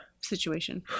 situation